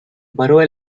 borough